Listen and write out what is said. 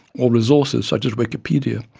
or resources such as wikipedia,